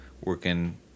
working